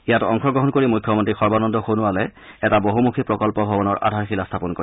ইয়াত অংশগ্ৰহণ কৰি মুখ্যমন্নী সৰ্বানন্দ সোণোৱালে এটা বহুমুখী প্ৰকল্প ভৱনৰ আধাৰশীলা স্থাপন কৰে